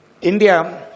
India